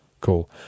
Cool